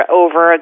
over